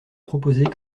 proposer